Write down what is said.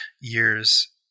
years